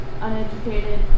uneducated